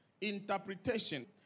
interpretation